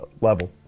level